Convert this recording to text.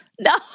No